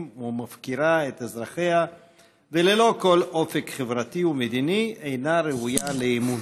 ומפקירה את אזרחיה וללא כל אופק חברתי ומדיני אינה ראויה לאמון.